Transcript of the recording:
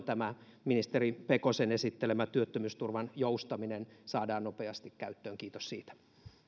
tämä ministeri pekosen esittelemä työttömyysturvan joustaminen saadaan nopeasti käyttöön kiitos siitä